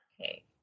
Okay